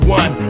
one